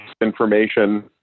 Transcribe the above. information